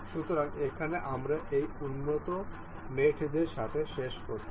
সুতরাং এখানে আমরা এই উন্নত মেটদের সাথে শেষ করেছি